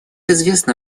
известно